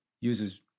uses